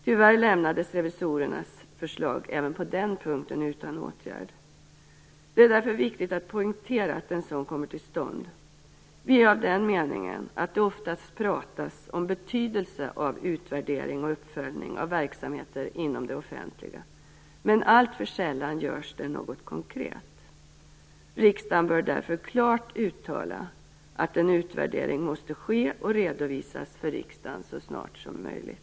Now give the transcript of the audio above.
Tyvärr lämnades revisorernas förslag även på denna punkt utan åtgärd. Det är därför viktigt att poängtera att en sådan kommer till stånd. Vi är av den meningen att det ofta talas om betydelsen av utvärdering och uppföljning av verksamheter inom det offentliga men att det alltför sällan görs något konkret. Riksdagen bör därför klart uttala att en utvärdering måste ske och redovisas för riksdagen så snart som möjligt.